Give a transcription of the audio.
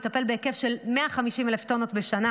הוא נמצא בהקמה ויטפל בהיקף של 150,000 טונות בשנה,